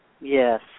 Yes